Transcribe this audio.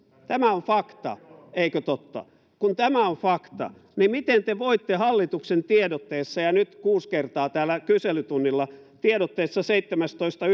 tämä on fakta eikö totta kun tämä on fakta niin miten te te voitte hallituksen tiedotteessa ja nyt kuusi kertaa täällä kyselytunnilla tiedotteessa seitsemästoista